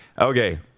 Okay